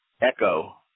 echo